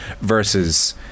versus